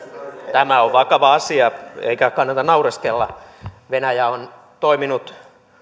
tämä on vakava asia eikä kannata naureskella venäjä on toiminut